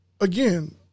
Again